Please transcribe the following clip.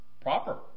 proper